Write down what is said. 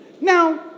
Now